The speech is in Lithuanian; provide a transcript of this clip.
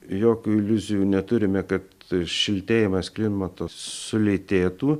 jokių iliuzijų neturime kad šiltėjimas klimato sulėtėtų